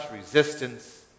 resistance